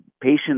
patients